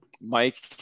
mike